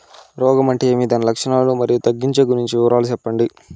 రోగం అంటే ఏమి దాని లక్షణాలు, మరియు తగ్గించేకి గురించి వివరాలు సెప్పండి?